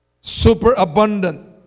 superabundant